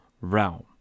realm